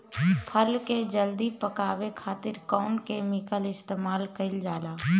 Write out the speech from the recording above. फल के जल्दी पकावे खातिर कौन केमिकल इस्तेमाल कईल जाला?